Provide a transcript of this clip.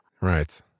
Right